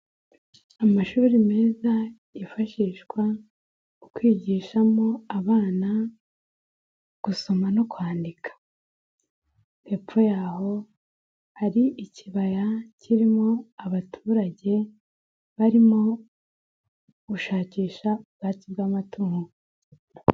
Amashuri meza yifashishwa mu kwigishamo abana gusoma no kwandika, hepfo y'aho hari ikibaya kirimo abaturage barimo gushakisha ubwatsi bw'amatungo.